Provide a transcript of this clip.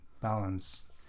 balance